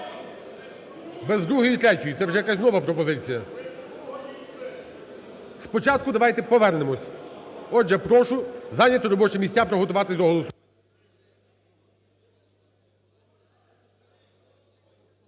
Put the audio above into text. Без другої і третьої? Це вже якась нова пропозиція. Спочатку давайте повернемось. Отже, прошу зайняти робочі місця, приготуватись до голосування.